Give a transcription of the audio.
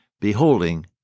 beholding